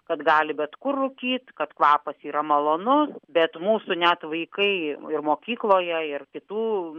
kad gali bet kur rūkyt kad kvapas yra malonus bet mūsų net vaikai ir mokykloje ir kitų